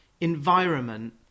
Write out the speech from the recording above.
environment